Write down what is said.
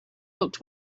looked